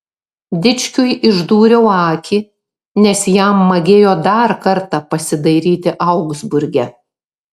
dičkiui išdūriau akį nes jam magėjo dar kartą pasidairyti augsburge